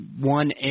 one